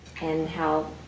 and how